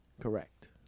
Correct